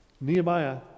Nehemiah